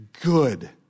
good